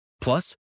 Plus